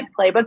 playbook